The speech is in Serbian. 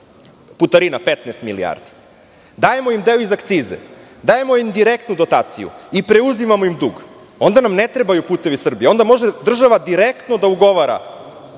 putarina 15 milijardi, dajemo im deo i za akcize, dajemo im direktnu dotaciju i preuzimamo im dug. Onda nam ne trebaju "Putevi Srbije". Onda može država direktno da ugovara